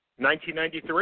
1993